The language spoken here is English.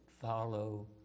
follow